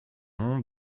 nom